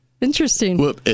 Interesting